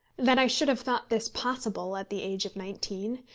that i should have thought this possible at the age of nineteen,